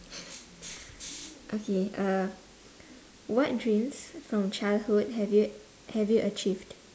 okay uh what dreams from childhood have you have you achieved